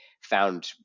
found